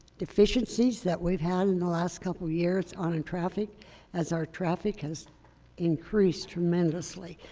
deficiencies that we've had in the last couple of years on and traffic as our traffic has increased tremendously.